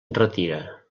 retira